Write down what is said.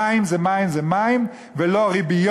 מים זה מים זה מים, ולא ריביות,